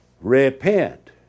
Repent